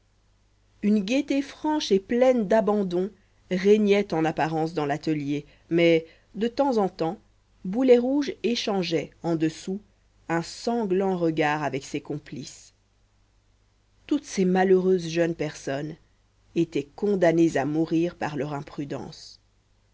une gaieté franche et pleine d'abandon régnait en apparence dans l'atelier mais de temps en temps boulet rouge échangeait en dessous un sanglant regard avec ses complices toutes ces malheureuses jeunes personnes étaient condamnées à mort par leur imprudence